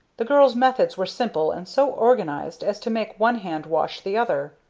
the girl's methods were simple and so organized as to make one hand wash the other.